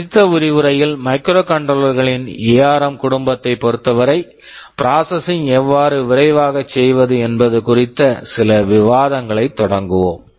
அடுத்த விரிவுரையில் microcontroller microcontroller களின் எஆர்ம் ARM குடும்பத்தைப் பொறுத்தவரை பிராஸஸிங் எவ்வாறு விரைவாகச் செய்வது என்பது குறித்த சில விவாதங்களைத் தொடங்குவோம்